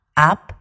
up